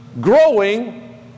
growing